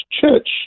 church